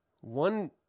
one